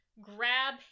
grab